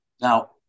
Now